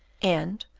and,